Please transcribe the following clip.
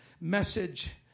message